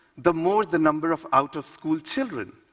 the more the number of out-of-school children.